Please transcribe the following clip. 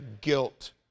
guilt